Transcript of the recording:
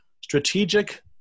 strategic